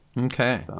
Okay